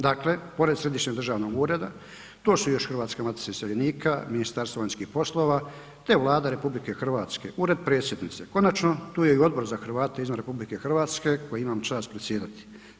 Dakle, pored Središnjeg državnog ureda to su još Hrvatska matica iseljenika, Ministarstvo vanjskih poslova te Vlada RH, Ured predsjednice konačno tu je i Odbor za Hrvate izvan RH kojem imam čast predsjedati.